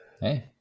Hey